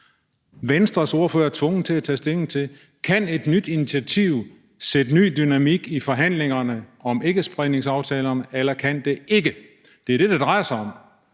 Venstres ordfører er tvunget til at tage stilling til, om et nyt initiativ kan sætte ny dynamik i forhandlingerne om ikkespredningsaftalerne, eller om det ikke kan. Det er det, det drejer sig om.